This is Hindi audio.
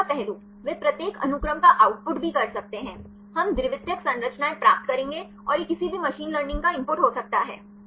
और दूसरा पहलू वे प्रत्येक अनुक्रम का आउटपुट भी कर सकते हैं हम द्वितीयक संरचनाएं प्राप्त करेंगे और यह किसी भी मशीन लर्निंग का इनपुट हो सकता है